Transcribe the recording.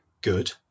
good